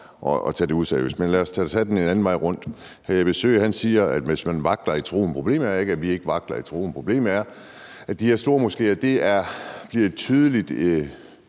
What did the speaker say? at tage det useriøst. Men lad os tage det en anden vej rundt. Hr. Jeppe Søe siger det med, om man vakler i troen. Problemet er ikke, at vi vakler i troen; problemet er, at de her stormoskéer bliver et tydeligt